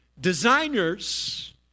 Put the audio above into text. Designers